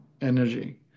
energy